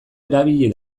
erabili